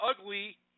ugly